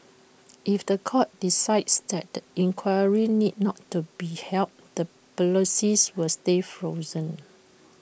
if The Court decides that the inquiry need not to be held the policies will stay frozen